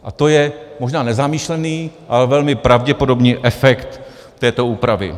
A to je možná nezamýšlený, ale velmi pravděpodobný efekt této úpravy.